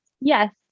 Yes